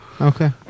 Okay